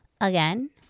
Again